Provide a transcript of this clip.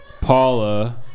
Paula